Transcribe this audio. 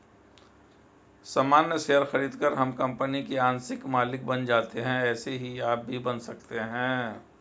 सामान्य शेयर खरीदकर हम कंपनी के आंशिक मालिक बन जाते है ऐसे ही आप भी बन सकते है